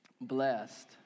blessed